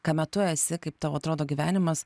kame tu esi kaip tavo atrodo gyvenimas